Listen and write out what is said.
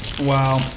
Wow